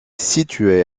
située